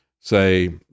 say